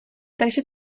takže